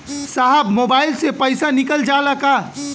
साहब मोबाइल से पैसा निकल जाला का?